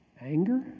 Anger